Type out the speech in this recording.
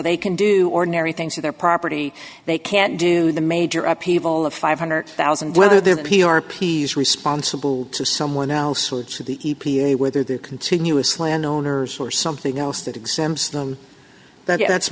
they can do ordinary things for their property they can't do the major upheaval of five hundred thousand whether they're p r p is responsible to someone else or to the e p a whether they're continuous landowners or something else that exempts them that